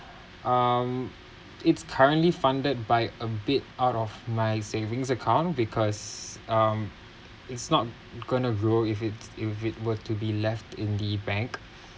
um it's currently funded by a bit out of my savings account because um it's not gonna roll if it's if it were to be left in the bank